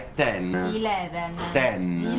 ten. eleven. ten.